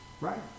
Right